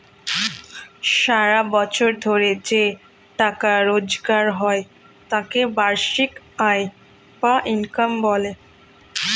সারা বছর ধরে যে টাকা রোজগার হয় তাকে বার্ষিক আয় বা ইনকাম বলে